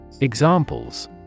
Examples